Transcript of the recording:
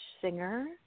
singer